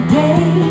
day